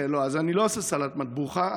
אני לא עושה סלט מטבוחה.